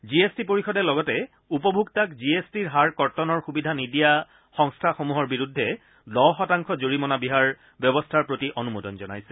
G S T পৰিষদে লগতে উপভোক্তাক জি এছ টিৰ হাৰ কৰ্তনৰ সুবিধা নিদিয়া সংস্থাসমূহৰ বিৰুদ্ধে দহ শতাংশ জৰিমনা বিহাৰ ব্যৱস্থাৰ প্ৰতি অনুমোদন জনাইছে